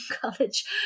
college